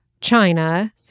China